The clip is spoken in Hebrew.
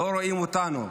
לא רואים אותנו.